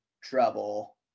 trouble